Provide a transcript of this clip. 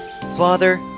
Father